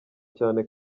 cyane